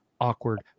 awkward